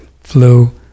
flu